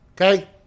okay